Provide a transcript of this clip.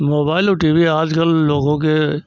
mobile और TV आज कल लोगों के